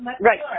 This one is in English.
Right